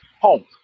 home